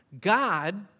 God